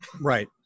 right